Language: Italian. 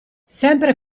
sempre